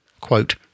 quote